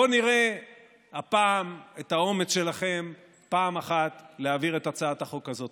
בואו נראה הפעם את האומץ שלכם פעם אחת להעביר את הצעת החוק הזאת.